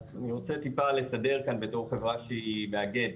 אני רוצה טיפה לסדר כאן בתור חברה שהיא מאגד: